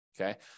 Okay